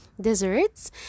desserts